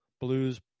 Blues